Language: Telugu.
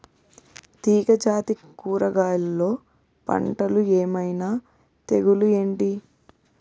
తీగ జాతి కూరగయల్లో పంటలు ఏమైన తెగులు ఏంటి?